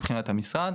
מבחינת המשרד,